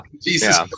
Jesus